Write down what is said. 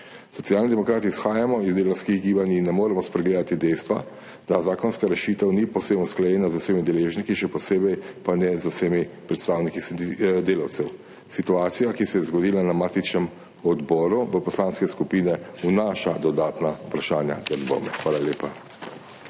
Socialni demokrati izhajamo iz delavskih gibanj in ne moremo spregledati dejstva, da zakonska rešitev ni povsem usklajena z vsemi deležniki, še posebej pa ne z vsemi predstavniki delavcev. Situacija, ki se je zgodila na matičnem odboru, v poslanske skupine vnaša dodatna vprašanja ter dvome. Hvala lepa.